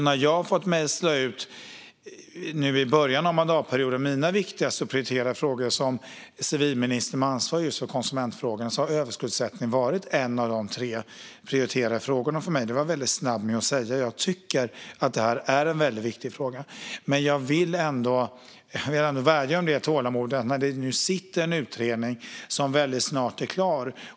När jag nu i början av mandatperioden har fått mejsla ut mina viktigaste och prioriterade frågor som civilminister med ansvar för just konsumentfrågorna har överskuldsättning varit en av de tre prioriterade frågorna för mig. Det var jag väldigt snabb med att säga. Jag tycker att det är en väldigt viktig fråga. Jag vill ändå vädja om tålamod. Det sitter en utredning som snart är klar.